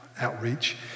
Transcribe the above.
outreach